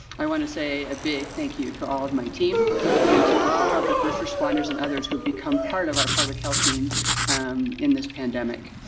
i want to say a big thank you to all of my team and to all of the first responders and others who've become part of our public health team in this pandemic.